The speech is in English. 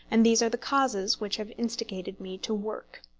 and these are the causes which have instigated me to work.